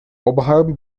obhajoby